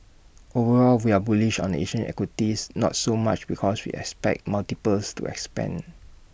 overall we are bullish on Asian equities not so much because we expect multiples to expand